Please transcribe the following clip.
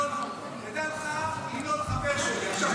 תדע לך, ינון חבר שלי.